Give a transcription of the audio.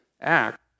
act